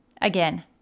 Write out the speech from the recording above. Again